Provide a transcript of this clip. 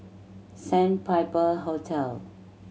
Sandpiper Hotel